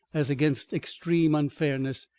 as against extreme unfairness,